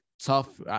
tough